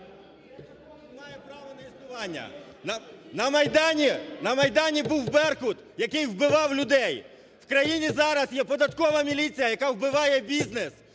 На Майдані був "Беркут", який вбивав людей. В країні зараз є податкова міліція, яка вбиває бізнес.